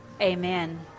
amen